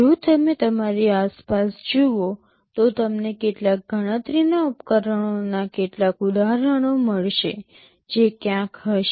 જો તમે તમારી આસપાસ જુઓ તો તમને કેટલાક ગણતરી કરવાના ઉપકરણોના ઉદાહરણો મળશે જે ત્યાં હશે